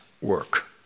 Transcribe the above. work